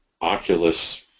Oculus